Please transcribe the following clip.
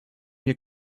your